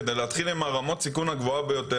כדי להתחיל עם האזורים עם רמת הסיכון הגבוהה ביותר.